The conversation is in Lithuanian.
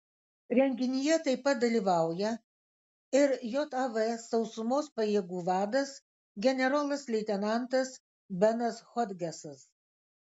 renginyje taip pat dalyvauja ir jav sausumos pajėgų vadas generolas leitenantas benas hodgesas